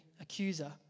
accuser